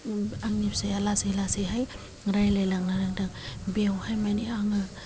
आंनि फिसाया लासै लासैहाय रायलायलांनो हादों बेवहाय माने आङो